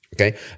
okay